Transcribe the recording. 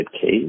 case